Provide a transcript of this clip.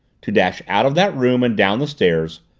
to dash out of that room and down the stairs,